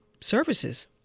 services